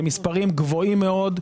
זה מספרים גבוהים מאוד.